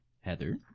Heather